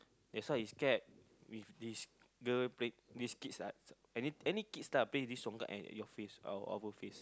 that's why you scared with this girl play these kids ah any kids lah play this congkak at your face our face